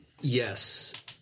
yes